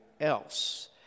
else